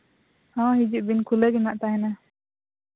ᱦᱳᱭ ᱦᱤᱡᱩᱜ ᱵᱤᱱ ᱠᱷᱩᱞᱟᱹᱣ ᱜᱮ ᱦᱟᱸᱜ ᱛᱟᱦᱮᱱᱟ